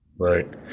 Right